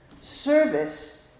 Service